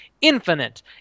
infinite